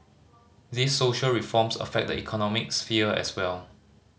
these social reforms affect the economic sphere as well